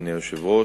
אדוני היושב-ראש,